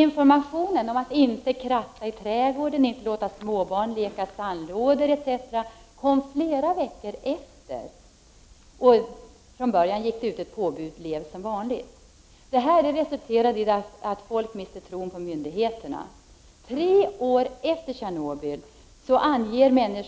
Informationen om att man inte skulle kratta i trädgården, inte låta småbarn leka i sandlådor, etc., kom flera veckor efteråt. Från början gick det ut ett påbud: Lev som vanligt! Det här resulterade i att folk miste tron på myndigheterna. Tre år efter Tjernobyl anger